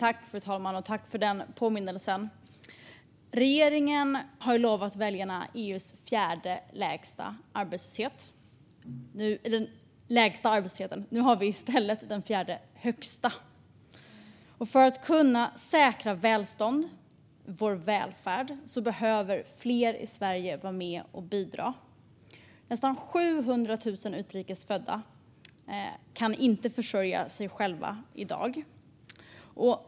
Fru talman! Tack för påminnelsen! Regeringen har lovat väljarna EU:s lägsta arbetslöshet. Nu har vi i stället den fjärde högsta. För att kunna säkerställa välstånd och vår välfärd behöver fler i Sverige vara med och bidra. Nästan 700 000 utrikes födda kan inte försörja sig själva i dag.